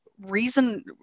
reason